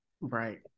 right